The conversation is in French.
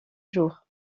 jours